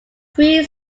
three